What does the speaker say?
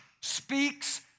speaks